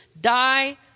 die